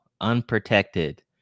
unprotected